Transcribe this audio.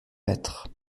mettre